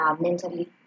mentally